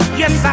yes